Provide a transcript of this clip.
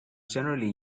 generally